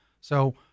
So-